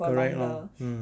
correct lor mm